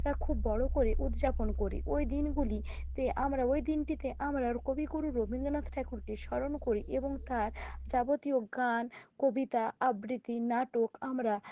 রা খুব বড়ো করে উদযাপন করি ওই দিনগুলি তে আমরা ওই দিনটিতে আমরা কবিগুরু রবীন্দ্রনাথ ঠাকুরকে স্মরণ করি এবং তাঁর যাবতীয় গান কবিতা আবৃতি নাটক আমরা